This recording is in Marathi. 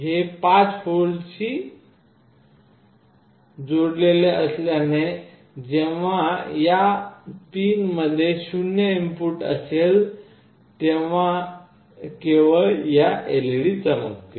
हे 5V शी जोडलेले असल्याने जेव्हा या पिन मध्ये 0 इनपुट असेल तेव्हा केवळ या LED चमकतील